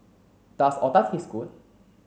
does otah taste good